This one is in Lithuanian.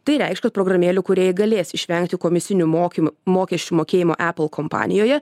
tai reikš kad programėlių kūrėjai galės išvengti komisinių mokymų mokesčių mokėjimo epal kompanijoje